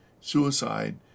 suicide